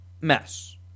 mess